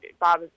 Bob